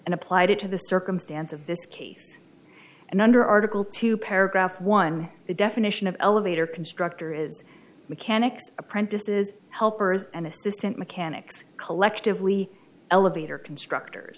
and applied it to the circumstance of this case and under article two paragraph one the definition of elevator constructor is mechanics apprentice's helpers and assistant mechanics collectively elevator constructors